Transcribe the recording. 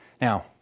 Now